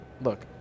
look